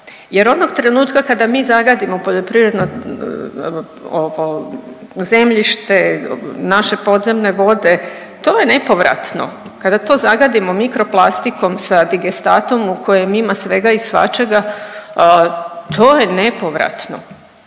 Jer onog trenutka kada mi zagadimo poljoprivredno, ovo zemljište i naše podzemne vode, to je nepovratno, kada to zagadimo mikroplastikom sa digestatom u kojem ima svega i svačega to je nepovratno,